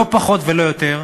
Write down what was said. לא פחות ולא יותר,